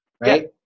right